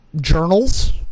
journals